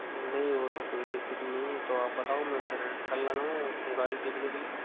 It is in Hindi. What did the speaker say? नहीं वो तो कोई दिक्कत नहीं तो आप बताओ मैं फिर कल आ जाऊँ गाड़ी देखने के लिए